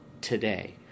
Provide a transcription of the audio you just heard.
today